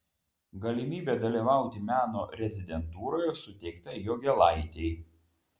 galimybė dalyvauti meno rezidentūroje suteikta jogėlaitei